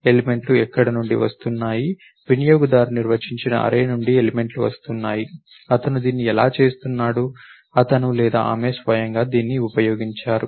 ఎలిమెంట్లు ఎక్కడ నుండి వస్తున్నాయి వినియోగదారు నిర్వచించిన అర్రే నుండి ఎలిమెంట్లు వస్తున్నాయి అతను దీన్ని ఎలా చేస్తున్నాడు అతను లేదా ఆమె స్వయంగా దీన్ని ఉపయోగించారు